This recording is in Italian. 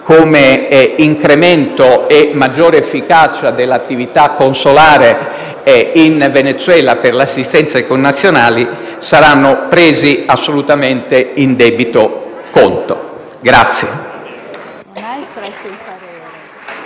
per incrementare e dare maggiore efficacia all'attività consolare in Venezuela per l'assistenza ai connazionali, saranno presi assolutamente in debito conto.